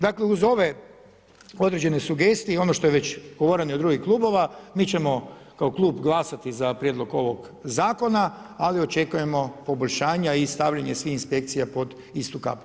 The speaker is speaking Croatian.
Dakle uz ove određene sugestije i ono što je već govoreno i od drugih klubova, mi ćemo kao klub glasati za prijedlog ovog zakona ali očekujemo poboljšanja i stavljanje svih inspekcija pod istu kapu.